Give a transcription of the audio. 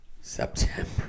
September